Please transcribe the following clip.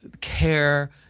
care